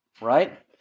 right